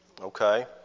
Okay